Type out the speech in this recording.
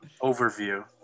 Overview